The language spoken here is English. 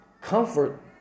comfort